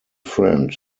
friend